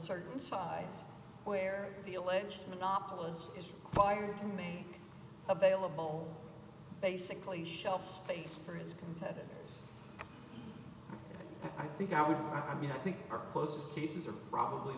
certain size where the alleged monopolist is required to make available basically shelf space for his competitors i think our i mean i think our closest cases are probably